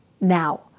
now